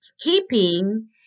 keeping